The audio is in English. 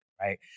right